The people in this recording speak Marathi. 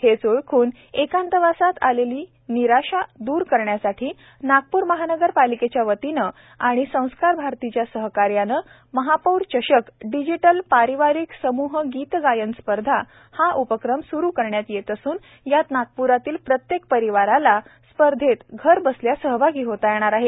हेच ओळखून एकांतवासात आलेली निराशा दूर करण्यासाठी नागपूर महानगरपालिकेच्या वतीने आणि संस्कार भारतीच्या सहकार्याने महापौर चषक डिजीटल पारिवारिक समूह गीतगायन स्पर्धा हा उपक्रम सुरू करण्यात येत असून यात नागप्रातील प्रत्येक परिवाराला स्पर्धेत घरबसल्या सहभागी होता येणार आहे